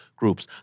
groups